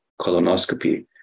colonoscopy